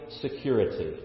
security